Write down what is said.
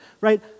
right